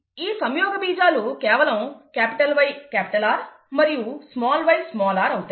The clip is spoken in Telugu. ఈ సంయోగబీజాలు కేవలం YR మరియు yr అవుతాయి